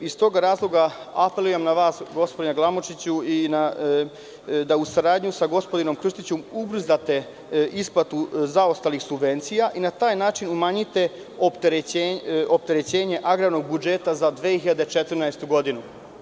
Iz tog razloga apelujem na vas, gospodine Glamočiću, da u saradnji sa gospodinom Krstićem ubrzate isplatu zaostalih subvencija i na taj način umanjite opterećenje agrarnog budžeta za 2014. godinu.